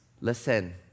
Listen